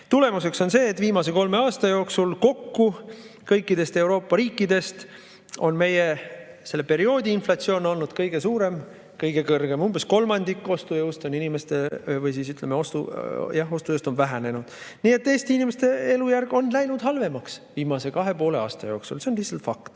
Tulemuseks on see, et viimase kolme aasta jooksul kokku kõikidest Euroopa riikidest on meie selle perioodi inflatsioon olnud kõige suurem. Umbes kolmandik on inimeste ostujõust vähenenud. Nii et Eesti inimeste elujärg on läinud halvemaks viimase 2,5 aasta jooksul, see on lihtsalt fakt.